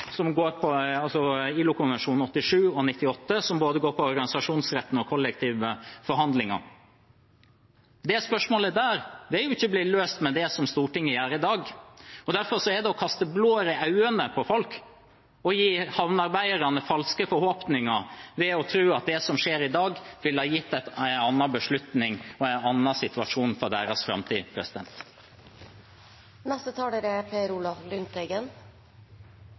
87 og nr. 98 – som dreier seg om organisasjonsretten og kollektive forhandlinger. Det spørsmålet vil ikke bli løst med det som Stortinget gjør i dag. Derfor er det å kaste blår i øynene på folk å gi havnearbeiderne falske forhåpninger ved å tro at det som skjer i dag,